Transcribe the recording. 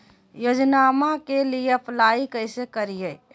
योजनामा के लिए अप्लाई कैसे करिए?